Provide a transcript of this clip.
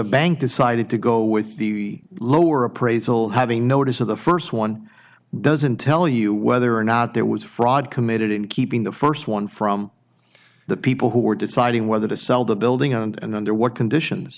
bank decided to go with the lower appraisal having notice of the first one doesn't tell you whether or not there was fraud committed in keeping the first one from the people who are deciding whether to sell the building and under what conditions